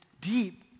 deep